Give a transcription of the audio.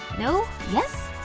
no? yes?